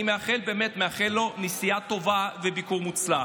אני באמת מאחל לו נסיעה טובה וביקור מוצלח.